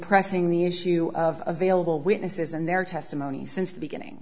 pressing the issue of vailable witnesses and their testimony since the beginning